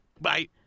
Bye